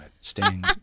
Sting